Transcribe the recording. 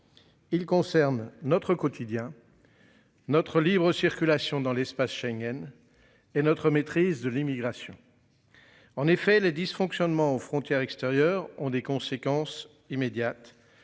Ils concernent notre quotidien. Notre libre-circulation dans l'espace Schengen. Et notre maîtrise de l'immigration. En effet les dysfonctionnements aux frontières extérieures ont des conséquences immédiates